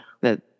That